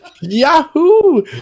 Yahoo